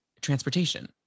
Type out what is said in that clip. transportation